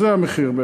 וזה המחיר,